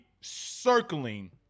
circling